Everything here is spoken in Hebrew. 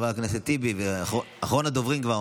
חבר הכנסת משה רוט, אחרון הדוברים.